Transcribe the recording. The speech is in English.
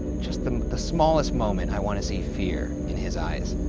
just the the smallest moment, i wanna see fear in his eyes.